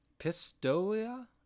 pistoia